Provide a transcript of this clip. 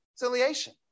Reconciliation